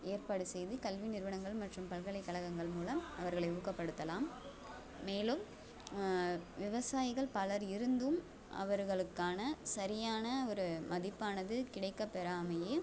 ஏற்பாடு செய்து கல்வி நிறுவனங்கள் மற்றும் பல்கலைக்கழகங்கள் மூலம் அவர்களை ஊக்கப்படுத்தலாம் மேலும் விவசாயிகள் பலர் இருந்தும் அவர்களுக்கான சரியான ஒரு மதிப்பானது கிடைக்க பெறாமையே